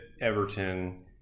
Everton